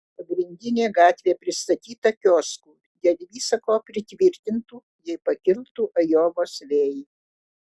pagrindinė gatvė pristatyta kioskų dėl visa ko pritvirtintų jei pakiltų ajovos vėjai